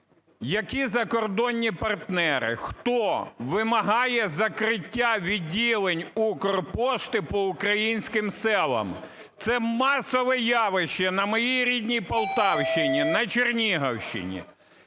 Які закордонні партнери, хто вимагає закриття відділень "Укрпошти" по українським селам? Це масове явище на моїй рідній Полтавщині, на Чернігівщині.